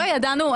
לא ידענו.